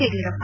Yediyurappa